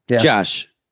Josh